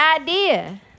idea